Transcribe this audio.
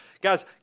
guys